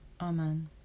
Amen